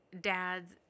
dads